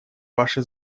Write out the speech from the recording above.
ваше